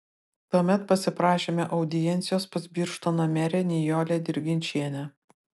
tuomet pasiprašėme audiencijos pas birštono merę nijolę dirginčienę